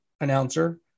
announcer